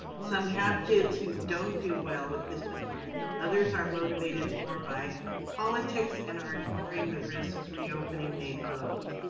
some have kids who don't do well with distant learning. others are motivated more by politics and are ignoring the risks reopening may pose.